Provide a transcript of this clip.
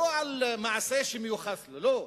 לא על מעשה שמיוחס לו, לא.